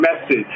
message